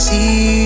See